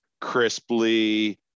crisply